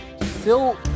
Phil